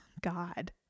God